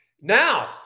now